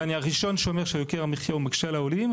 ואני הראשון שאומר שיוקר המחייה מקשה על העולים,